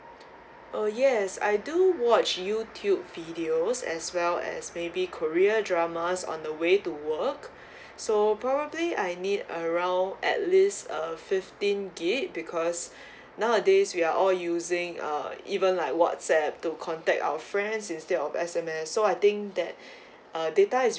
oh yes I do watch youtube videos as well as maybe korea dramas on the way to work so probably I need around at least a fifteen gig because nowadays we are all using uh even like whatsapp to contact our friends instead of S_M_S so I think that uh data is